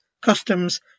customs